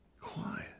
quiet